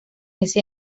ese